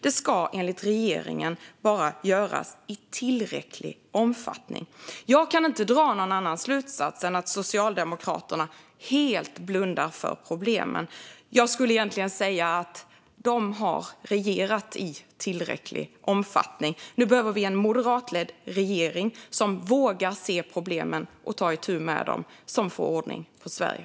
De ska enligt regeringen bara göras i tillräcklig omfattning. Jag kan inte dra någon annan slutsats än att Socialdemokraterna helt blundar för problemen. Jag skulle egentligen säga att de har regerat i tillräcklig omfattning. Nu behöver vi en moderatledd regering som vågar se problemen och ta itu med dem och som får ordning på Sverige.